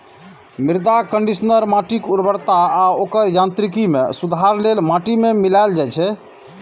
मृदा कंडीशनर माटिक उर्वरता आ ओकर यांत्रिकी मे सुधार लेल माटि मे मिलाएल जाइ छै